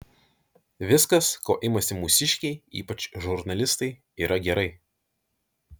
viskas ko imasi mūsiškiai ypač žurnalistai yra gerai